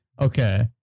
Okay